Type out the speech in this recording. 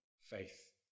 faith